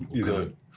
Good